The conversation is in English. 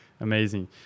amazing